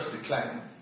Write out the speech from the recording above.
decline